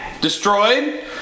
destroyed